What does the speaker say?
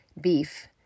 beef